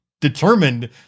determined